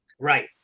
right